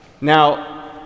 Now